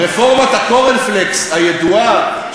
רפורמת הקורנפלקס הידועה,